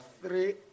three